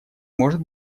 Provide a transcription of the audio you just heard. может